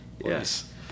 Yes